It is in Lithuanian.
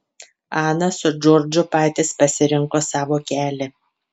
ana su džordžu patys pasirinko savo kelią